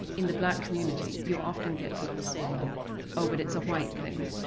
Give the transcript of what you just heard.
in the black community you often get people saying oh but it's a white thing,